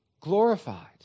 glorified